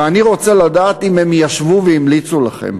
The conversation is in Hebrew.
ואני רוצה לדעת אם הם ישבו והמליצו לכם.